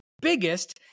biggest